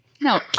No